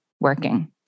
working